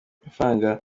amafaranga